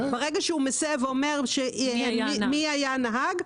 ברגע שהוא מסב ואומר מי היה הנהג,